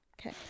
okay